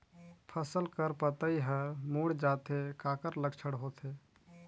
फसल कर पतइ हर मुड़ जाथे काकर लक्षण होथे?